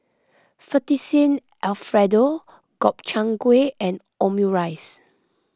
Fettuccine Alfredo Gobchang Gui and Omurice